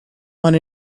want